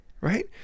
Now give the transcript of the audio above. right